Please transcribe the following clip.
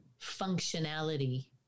functionality